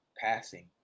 passing